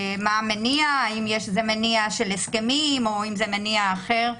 מה המניע, זה מניע של הסכמים או מניע אחר?